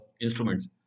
instruments